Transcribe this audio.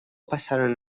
pasaron